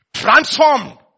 transformed